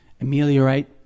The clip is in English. ameliorate